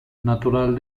natural